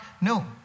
no